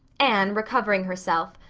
anne, recovering herself,